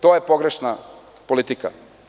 To je pogrešna politika.